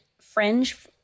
fringe